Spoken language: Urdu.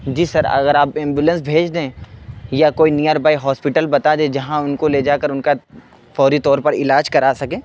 جی سر اگر آپ ایمبولینس بھیج دیں یا کوئی نیئر بائی ہاسپیٹل بتا دیں جہاں ان کو لے جا کر ان کا فوری طور پر علاج کرا سکیں